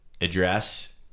address